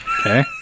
Okay